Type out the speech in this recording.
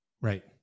Right